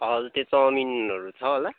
हजुर त्यो चाउमिनहरू छ होला